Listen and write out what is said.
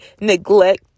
neglect